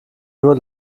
nur